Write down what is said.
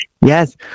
yes